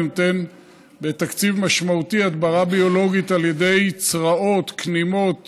אני נותן תקציב משמעותי להדברה ביולוגית על ידי צרעות וכנימות